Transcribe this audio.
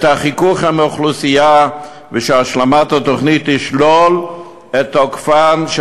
החיכוך עם האוכלוסייה ושהשלמת התוכנית תשלול את תוקפן של